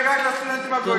אתה דואג רק לסטודנטים הגויים.